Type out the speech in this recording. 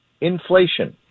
inflation